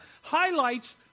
highlights